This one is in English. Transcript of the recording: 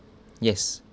yes